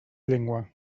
llengua